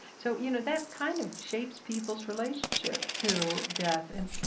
so, you know, that kind of shapes people's relationship to death. and,